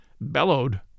bellowed